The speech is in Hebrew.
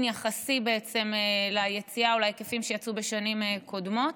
יחסי ליציאה או להיקפים שיצאו בשנים קודמות.